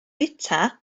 bwyta